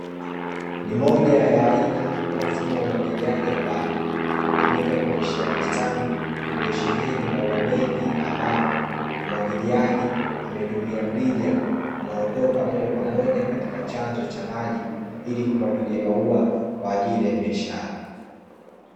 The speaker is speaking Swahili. Ni moja ya aina ya mfumo wa umwagiliaji ambao inatumika kunyeshea bustani iliyosheheni maua mengi ambapo, mmwagiliaji ametumia mrija unaotoka moja kwa moja katika chanzo cha maji ili kumwagilia maua kwa ajili ya biashara.